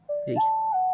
এই